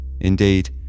Indeed